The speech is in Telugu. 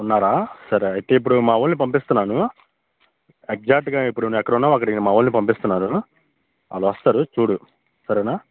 ఉన్నారా సరే అయితే ఇప్పుడు మావోళ్ళని పంపిస్తున్నాను ఎగ్జాక్ట్గా ఇప్పుడు నువ్వు ఎక్కడ ఉన్నావో అక్కడికి మావోళ్ళని పంపిస్తన్నాను వాళ్ళొస్తారు చూడు సరేనా